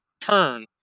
turn